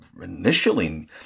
Initially